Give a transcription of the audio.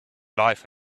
life